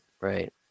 Right